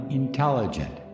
intelligent